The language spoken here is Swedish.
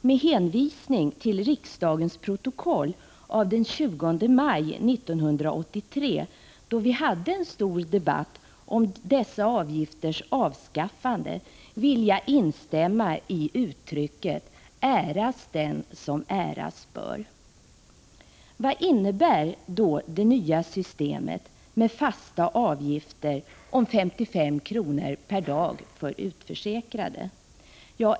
Med hänvisning till riksdagens protokoll av den 20 maj 1983, då vi hade en stor debatt om dessa avgifters avskaffande, vill jag instämma i uttrycket äras den som äras bör. Vad innebär då det nya systemet med fasta avgifter om 55 kr. per dag för utförsäkrade?